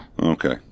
Okay